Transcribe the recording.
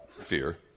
fear